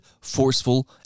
forceful